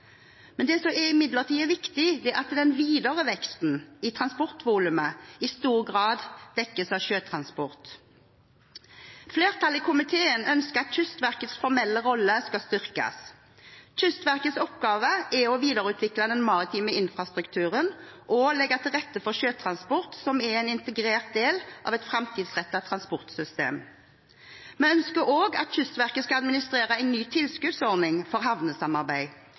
Det som imidlertid er viktig, er at den videre veksten i transportvolumet i stor grad dekkes av sjøtransport. Flertallet i komiteen ønsker at Kystverkets formelle rolle skal styrkes. Kystverkets oppgave er å videreutvikle den maritime infrastrukturen og å legge til rette for sjøtransport, som er en integrert del av et framtidsrettet transportsystem. Vi ønsker også at Kystverket skal administrere en ny tilskuddsordning for havnesamarbeid